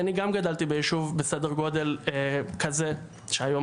אני גם גדלתי ביישוב בסדר גודל כזה שהיום